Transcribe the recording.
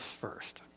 first